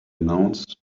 announced